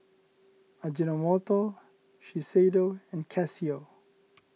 Ajinomoto Shiseido and Casio